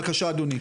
בבקשה אדוני.